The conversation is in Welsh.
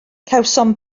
cawsom